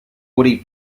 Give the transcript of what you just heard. woody